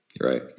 Right